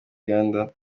uganda